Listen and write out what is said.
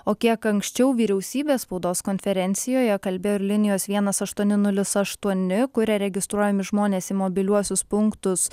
o kiek anksčiau vyriausybės spaudos konferencijoje kalbėjo ir linijos vienas aštuoni nulis aštuoni kuria registruojami žmonės į mobiliuosius punktus